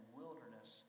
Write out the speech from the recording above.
wilderness